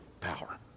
power